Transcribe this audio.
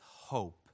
hope